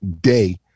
day